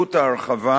עלות ההרחבה,